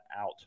out